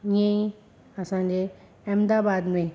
ईअं ई असांजे अहमदाबाद में